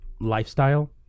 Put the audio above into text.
lifestyle